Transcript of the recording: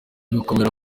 gukomera